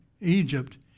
egypt